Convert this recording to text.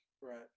Right